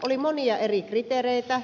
oli monia eri kriteereitä